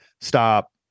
stop